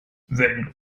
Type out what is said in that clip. wenn